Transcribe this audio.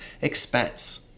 expense